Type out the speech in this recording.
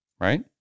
right